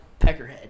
peckerhead